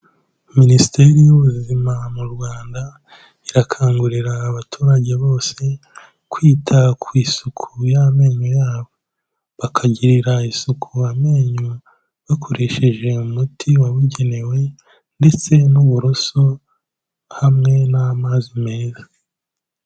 Minisiteri y'Ubuzima mu Rwanda irakangurira abaturage bose kwita ku isuku y'amenyo yabo. Bakagirira isuku amenyo bakoresheje umuti wabugenewe ndetse n'uburoso hamwe n'amazi meza.